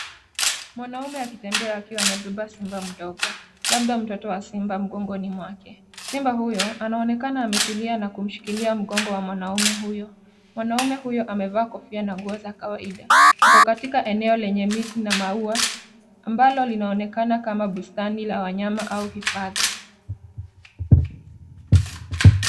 Mwanaume akitembea akiwa amebeba simba mdogo, labda mtoto wa simba mgongoni mwake. Simba huyo anaonekana ametulia na kumshikilia mgongo wa mwanaume huyo. Mwanaume huyo amevaa kofia na nguo za kawaida, yuko katika eneo lenye miti na maua, ambalo linaonekana kama bustani la wanyama au hifadhi.